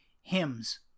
Hymns